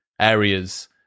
areas